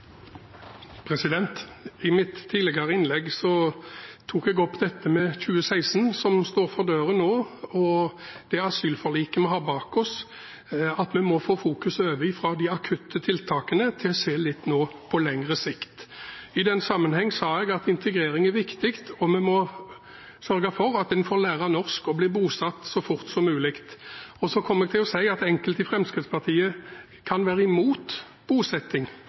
I mitt tidligere innlegg tok jeg opp dette med 2016 som står for døren nå, og asylforliket vi har bak oss. Vi må få fokuset over fra de akutte tiltakene til nå å se litt på lengre sikt. I den sammenheng sa jeg at integrering er viktig. Vi må sørge for at en får lære norsk og blir bosatt så fort som mulig. Så kom jeg til å si at enkelte i Fremskrittspartiet kan være imot bosetting.